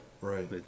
Right